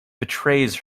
betrays